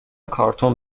کارتون